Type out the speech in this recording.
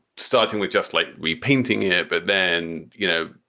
starting with just like repainting it. but then, you know,